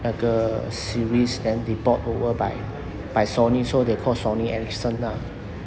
那个 series then they bought over by by Sony so they called sony ericsson ah